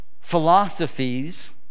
philosophies